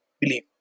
believe